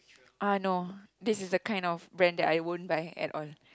uh no this is a kind of brand that I won't buy at all